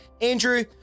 andrew